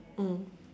mm